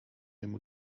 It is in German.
dem